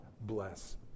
bless